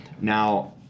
Now